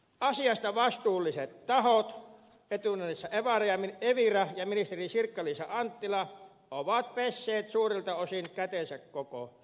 asiasta vastuulliset tahot etunenässä evira ja ministeri sirkka liisa anttila ovat pesseet suurilta osin kätensä koko sotkusta